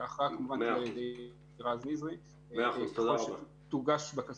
ההכרעה תהיה כמובן על ידי רז נזרי ככל שתוגש בקשה.